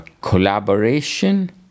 collaboration